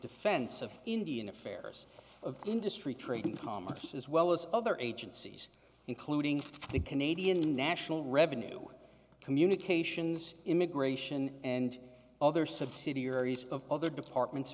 defense of indian affairs of industry trade and commerce as well as other agencies including the canadian national revenue communications immigration and other subsidiaries of other departments